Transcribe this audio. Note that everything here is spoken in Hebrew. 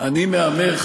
אני מהמר,